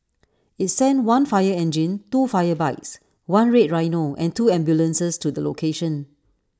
IT sent one fire engine two fire bikes one red rhino and two ambulances to the location